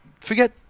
forget